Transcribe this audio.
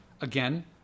Again